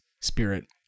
spirit